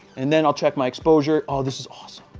and then i'll check my exposure. oh, this is awesome.